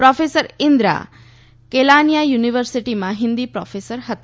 professor Indra Kelaniya યુનિવર્સિટીમાં હિન્દીના professor હતા